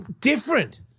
different